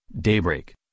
daybreak